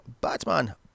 Batman